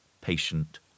Patient